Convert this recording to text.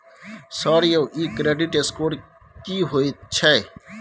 Sir यौ इ credit score की होयत छै?